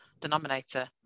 denominator